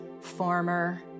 former